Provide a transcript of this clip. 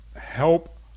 help